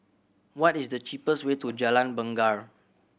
what is the cheapest way to Jalan Bungar